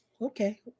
okay